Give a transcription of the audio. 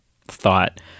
thought